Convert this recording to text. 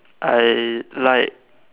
I like